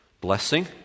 blessing